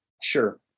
Sure